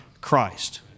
Christ